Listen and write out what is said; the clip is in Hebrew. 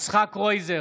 קרויזר,